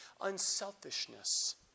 unselfishness